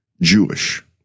Jewish